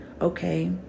okay